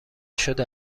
شده